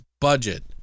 budget